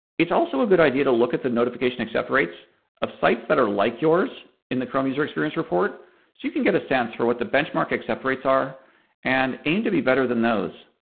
it's also a good idea to look at the notification accept rates of sites that are like yours in the chrome user experience report so you can get a sense for what the benchmark except rates are and aim to be better than those.